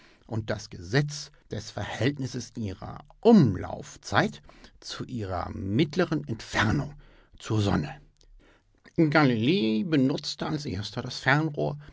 und das gesetz des verhältnisses ihrer umlaufzeit zu ihrer mittleren entfernung zur sonne galilei benutzte als erster das fernrohr